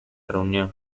reunión